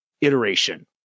iteration